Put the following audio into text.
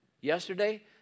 Yesterday